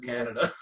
Canada